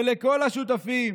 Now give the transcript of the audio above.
ולכל השותפים